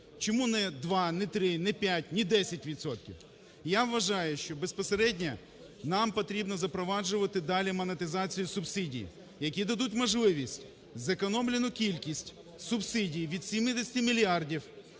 три, не п'ять, ні десять відсотків? Я вважаю, що безпосередньо нам потрібно запроваджувати далі монетизацію субсидій, які дадуть можливість зекономлену кількість субсидій від 70 мільярдів,